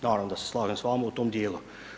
Naravno da se slažem s vama u tom djelu.